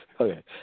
Okay